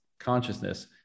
consciousness